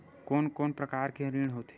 कोन कोन प्रकार के ऋण होथे?